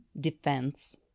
defense